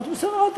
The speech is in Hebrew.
אמרתי: בסדר,